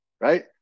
right